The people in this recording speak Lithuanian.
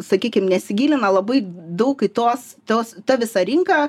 sakykim nesigilina labai daug į tuos tuos ta visa rinka